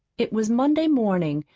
it was monday morning,